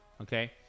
okay